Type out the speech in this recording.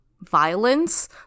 violence